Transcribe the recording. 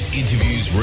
interviews